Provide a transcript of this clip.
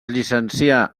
llicencià